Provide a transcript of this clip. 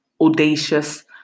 audacious